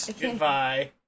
goodbye